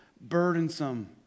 burdensome